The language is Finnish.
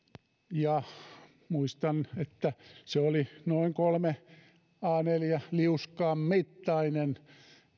muistan että se oli noin kolmen a neljä liuskan mittainen